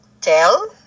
tell